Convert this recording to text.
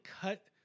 cut